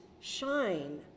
shine